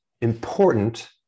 important